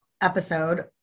episode